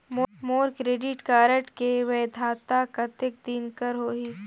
मोर credit card के वैधता कतेक दिन कर होही?